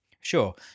Sure